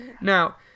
Now